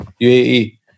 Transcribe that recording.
UAE